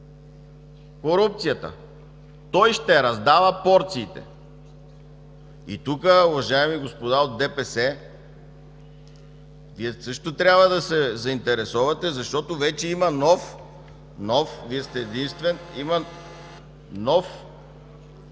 корупцията. Той ще раздава порциите. И тук, уважаеми господа от ДПС, Вие също трябва да се заинтересувате, защото вече има нов, Вие сте единствен